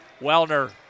Wellner